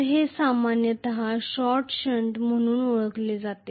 तर हे सामान्यतः शॉर्ट शंट म्हणून ओळखले जाते